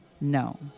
No